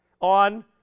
on